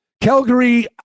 Calgary